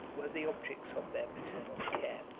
were the objects of their paternal care.